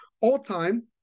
all-time